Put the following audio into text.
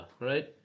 right